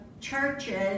churches